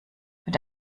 mit